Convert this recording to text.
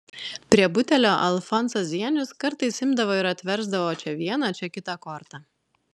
prie butelio alfonsas zienius kartais imdavo ir atversdavo čia vieną čia kitą kortą